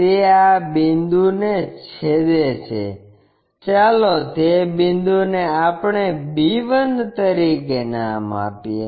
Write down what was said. તે આ બિંદુને છેદે છે ચાલો તે બિંદુને આપણે b 1 તરીકે નામ આપીએ